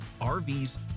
RVs